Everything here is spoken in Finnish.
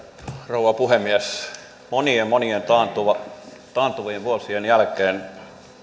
rouva puhemies monien monien taantuvien vuosien jälkeen